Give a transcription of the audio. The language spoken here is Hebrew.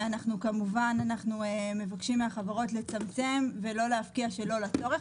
אנחנו כמובן מבקשים מהחברות לצמצם ולא להפקיע שלא צורך.